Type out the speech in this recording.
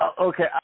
okay